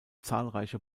zahlreiche